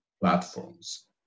platforms